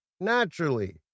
naturally